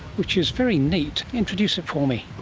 which is very neat. introduce it for me.